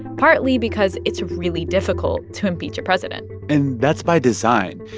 partly because it's really difficult to impeach a president and that's by design.